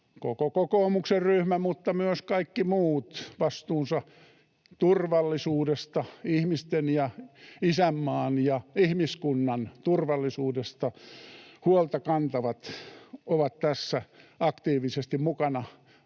kokoomuksen ryhmä mutta myös kaikki muut vastuunsa turvallisuudesta kantavat — ihmisten ja isänmaan ja ihmiskunnan turvallisuudesta huolta kantavat — ovat tässä aktiivisesti mukana